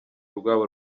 rwabo